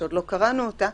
שעוד לא קראנו אותה,